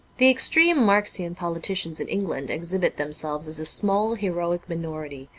the extreme marxian politicians in england exhibit themselves as a small, heroic minority,